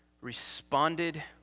responded